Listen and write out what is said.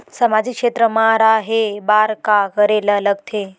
सामाजिक क्षेत्र मा रा हे बार का करे ला लग थे